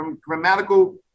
grammatical